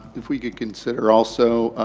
if we can consider, also,